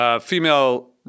Female